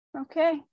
okay